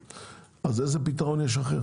אז איזה פתרון אחר יש?